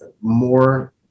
more